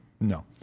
No